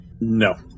no